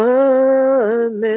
one